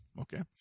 Okay